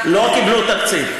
לא קיבלו תקציב.